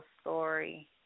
story